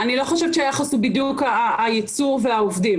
אני לא חושבת שהיחס הוא בדיוק הייצור והעובדים.